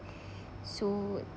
so